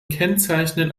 kennzeichnen